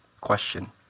question